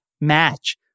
match